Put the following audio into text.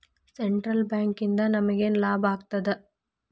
Central ಬ್ಯಾಂಕಿಂದ ನಮಗೇನ್ ಲಾಭಾಗ್ತದ?